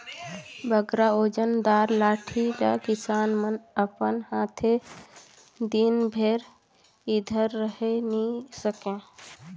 बगरा ओजन दार लाठी ल किसान मन अपन हाथे दिन भेर धइर रहें नी सके